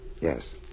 Yes